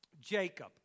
Jacob